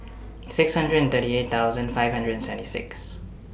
six hundred and thirty eight thousand five hundred and seventy six